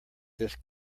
this